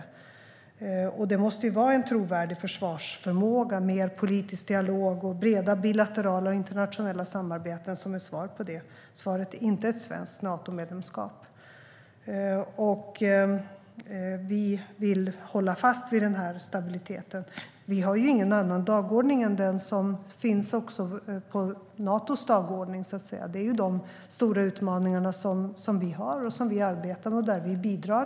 Svaret på det måste vara en trovärdig försvarsförmåga, mer politisk dialog och breda bilaterala och internationella samarbeten. Svaret är inte ett svenskt Natomedlemskap. Vi vill hålla fast vid den här stabiliteten. Vi har ingen annan dagordning än den som Nato har. Det är ju de stora utmaningarna som vi har, som vi arbetar med och där vi bidrar.